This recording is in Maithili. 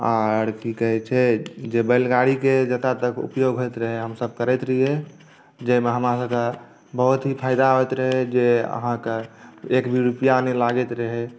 आर की कहय छै जे बैलगाड़ीक जतऽ तक उपयोग होइत रहै हमसभ करैत रहिए जाहिमे हमरासभके बहुत ही फ़ायदा होइत रहै जे अहाँके एक भी रुपैआ नहि लागैत रहै